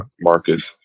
Marcus